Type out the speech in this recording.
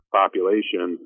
population